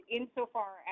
Insofar